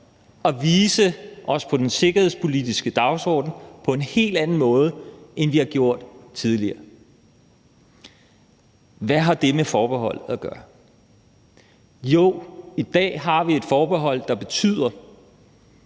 at vise os på den sikkerhedspolitiske dagsorden på en helt anden måde, end vi har gjort tidligere. Hvad har det med forbeholdet at gøre? Jo, i dag har vi et forbehold, der betyder,